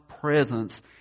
presence